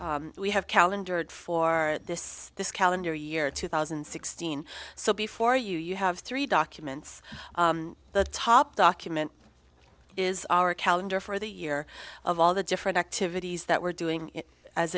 that we have calendar for this this calendar year two thousand and sixteen so before you you have three documents the top document is our calendar for the year of all the different activities that we're doing as